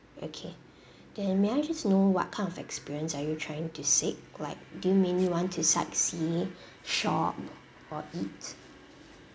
okay then may I just know what kind of experience are you trying to seek like do you mainly want to sightsee shop or eat